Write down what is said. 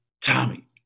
Tommy